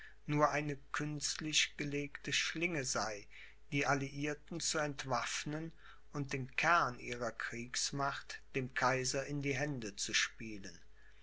nur eine künstlich gelegte schlinge sei die alliierten zu entwaffnen und den kern ihrer kriegsmacht dem kaiser in die hände zu spielen